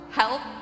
help